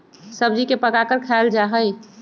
सब्जी के पकाकर खायल जा हई